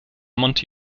monti